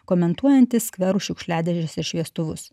komentuojanti skvero šiukšliadėžes ir šviestuvus